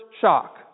shock